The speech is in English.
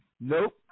Nope